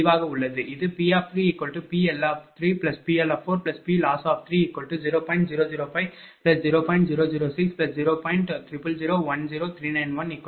இது P3PL3PL4PLoss30